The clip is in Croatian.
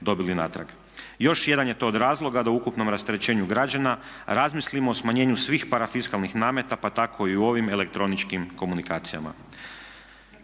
dobili natrag. Još jedan je to od razloga da ukupnom rasterećenju građana razmislimo o smanjenju svih parafiskalnih nameta pa tako i u ovim elektroničkim komunikacijama.